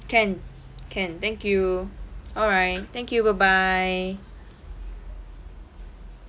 can can thank you alright thank you bye bye